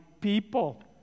people